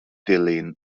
dilyn